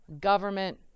government